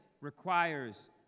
requires